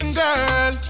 girl